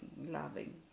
loving